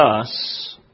thus